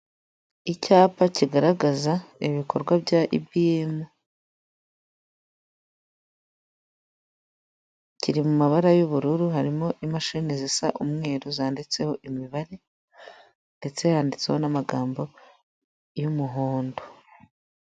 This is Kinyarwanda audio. Kiyosike ya emutiyeni irafunguye hari umukiriya uri gusaba serivisi, abantu baratambuka mu muhanda hagati y'amazu, hejuru hari insinga zitwara umuriro w'amashanyarazi ziwujyana mu baturage.